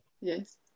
Yes